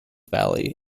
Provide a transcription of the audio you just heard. valley